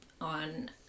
on